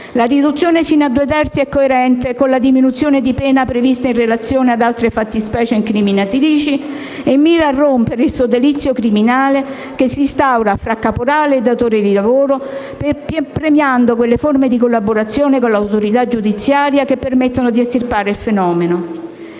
La riduzione fino a due terzi è coerente con la diminuzione di pena prevista in relazione ad altre fattispecie incriminatrici e mira a rompere il sodalizio criminale che si instaura tra il caporale e il datore di lavoro, premiando quelle forme di collaborazione con l'autorità giudiziaria che permettono di estirpare il fenomeno.